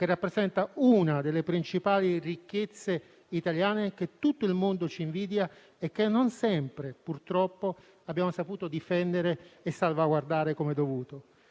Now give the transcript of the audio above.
che rappresenta una delle principali ricchezze italiane che tutto il mondo ci invidia e che non sempre, purtroppo, abbiamo saputo difendere e salvaguardare come dovuto.